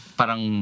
parang